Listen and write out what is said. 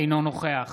אינו נוכח